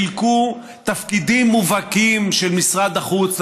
חילקו תפקידים מובהקים של משרד החוץ,